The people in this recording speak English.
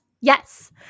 Yes